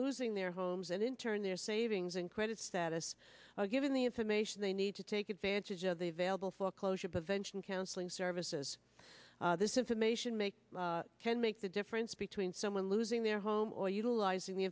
losing their homes and in turn their savings and credit status are given the information they need to take advantage of the available foreclosure prevention counseling services this information make can make the difference between someone losing their home or utilizing the